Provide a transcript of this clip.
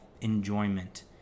enjoyment